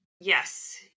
Yes